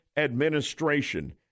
administration